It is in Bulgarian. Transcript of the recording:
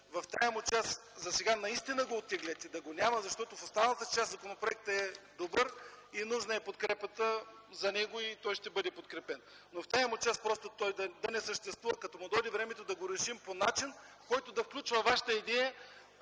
в тази му част засега наистина го оттеглете, да го няма. Защото в останалата му част законопроектът е добър и подкрепата за него е нужна. И той ще бъде подкрепен. Но в тази му част той да не съществува. Като му дойде времето, да го решим по начин, който да включва вашата идея